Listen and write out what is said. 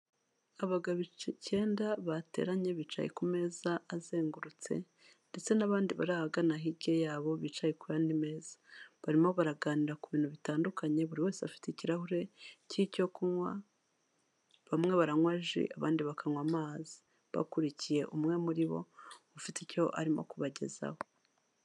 Abagabo icyenda bateranye bicaye ku meza azengurutse, ndetse n'abandi bari ahagana hirya yabo bicaye ku yandi meza, barimo baraganira ku bintu bitandukanye, buri wese afite ikirahure cye cy'icyo kunywa, bamwe baranywa ji, abandi bakanywa amazi, bakurikiye umwe muri bo, ufite icyo arimo kubagezaho.